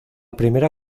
primera